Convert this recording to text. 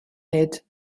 made